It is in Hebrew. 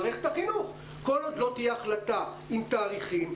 עוד לא תהיה החלטה עם תאריכים,